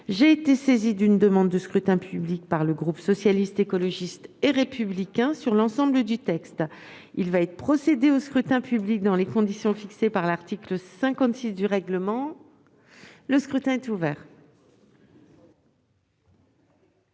J'ai été saisie d'une demande de scrutin public émanant du groupe Socialiste, Écologiste et Républicain. Il va être procédé au scrutin dans les conditions fixées par l'article 56 du règlement. Le scrutin est ouvert.